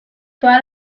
toda